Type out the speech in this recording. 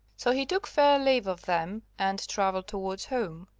so he took fair leave of them and travelled towards home,